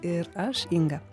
ir aš inga